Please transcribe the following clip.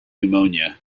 pneumonia